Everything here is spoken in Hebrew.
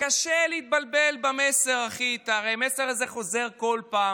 קשה להתבלבל במסר, המסר הזה חוזר כל פעם.